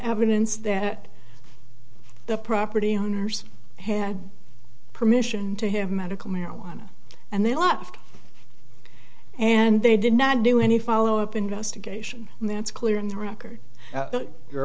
evidence that the property owners had permission to have medical marijuana and they left and they did not do any follow up investigation and that's clear in the record your